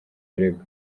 birego